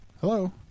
Hello